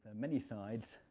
and many sides,